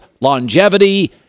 longevity